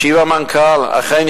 השיב המנכ"ל: אכן,